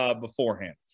beforehand